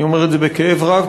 אני אומר את זה בכאב רב,